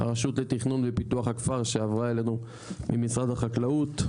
הרשות לתכנון ופיתוח הכפר שעברה אלינו ממשרד החקלאות,